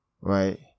right